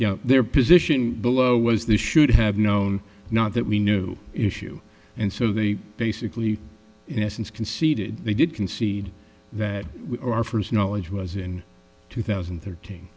know their position below was they should have known not that we knew issue and so they basically in essence conceded they did concede that our first knowledge was in two thousand and thirteen